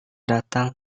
datang